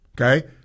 Okay